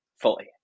fully